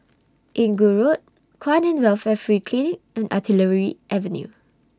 Inggu Road Kwan in Welfare Free Clinic and Artillery Avenue